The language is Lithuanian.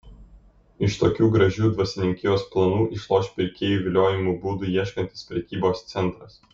iš tokių gražių dvasininkijos planų išloš pirkėjų viliojimo būdų ieškantis prekybos centras